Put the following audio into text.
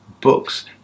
books